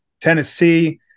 Tennessee